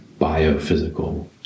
biophysical